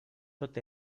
tot